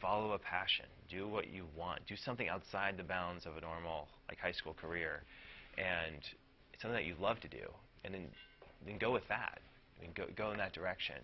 follow a passion do what you want to do something outside the bounds of a normal like high school career and so that you love to do and then go with that and go in that direction